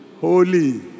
holy